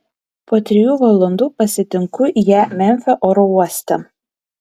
po trijų valandų pasitinku ją memfio oro uoste